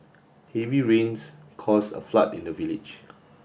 heavy rains caused a flood in the village